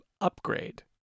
upgrade